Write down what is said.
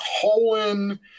colon